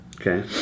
okay